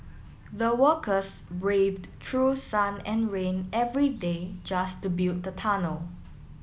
the workers braved through sun and rain every day just to build the tunnel